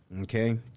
Okay